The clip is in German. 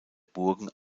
burgen